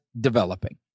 developing